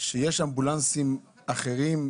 שיש אמבולנסים אחרים,